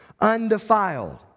undefiled